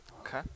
Okay